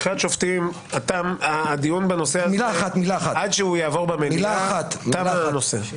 עד שהנושא הזה יעבור במליאה, תם הנושא.